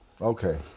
okay